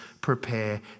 prepare